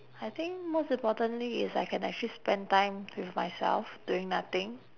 I think most importantly is I can actually spend time with myself doing nothing